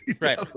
Right